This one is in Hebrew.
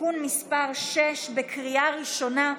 (תיקון מס' 6), קריאה ראשונה.